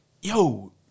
yo